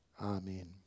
Amen